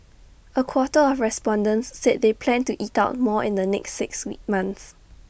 A quarter of respondents said they plan to eat out more in the next six months